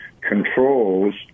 controls